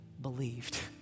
believed